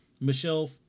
Michelle